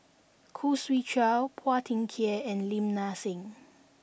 Khoo Swee Chiow Phua Thin Kiay and Lim Nang Seng